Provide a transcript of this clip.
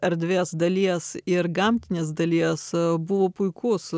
erdvės dalies ir gamtinės dalies buvo puikus